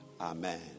Amen